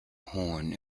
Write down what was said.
horn